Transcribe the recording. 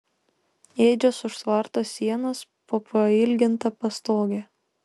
ėdžios už tvarto sienos po pailginta pastoge